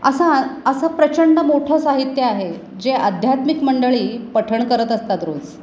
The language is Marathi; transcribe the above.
असा असं प्रचंड मोठं साहित्य आहे जे आध्यात्मिक मंडळी पठण करत असतात रोज